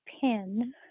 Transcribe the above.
pin